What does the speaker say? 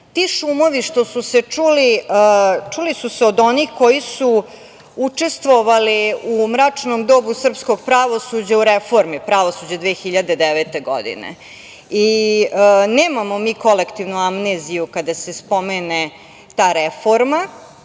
šumovi koji su se čuli, čuli su se od onih koji su učestovali u mračnom dobu srpskog pravosuđa, u reformi pravosuđa 2009. godine. Nemamo mi kolektivnu amneziju kada se spomene ta reforma.